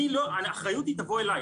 האחריות תבוא אלי.